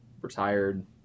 retired